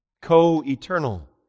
Co-eternal